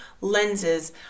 lenses